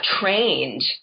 trained